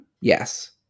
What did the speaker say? Yes